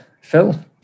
Phil